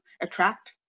attract